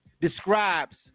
describes